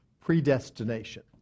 predestination